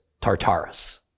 Tartarus